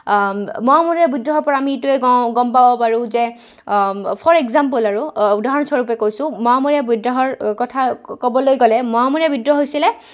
মোৱামৰীয়া বিদ্ৰোহৰপৰা আমি এইটোৱে গম পাব পাৰোঁ যে ফৰ এক্জাম্পল আৰু উদাহৰণস্বৰূপে কৈছোঁ মোৱামৰীয়া বিদ্ৰোহৰ কথা ক'বলৈ গ'লে মোৱামৰীয়া বিদ্ৰোহ হৈছিলে